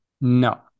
No